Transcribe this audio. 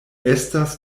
estas